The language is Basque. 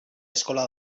eskola